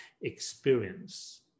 experience